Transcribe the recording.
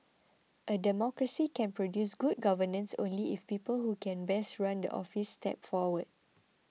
a democracy can produce good governance only if people who can best run the office step forward